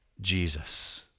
Jesus